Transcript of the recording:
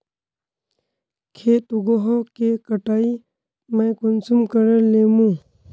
खेत उगोहो के कटाई में कुंसम करे लेमु?